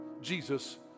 Jesus